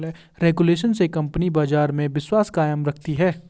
regulation से company बाजार में विश्वास कायम रखती है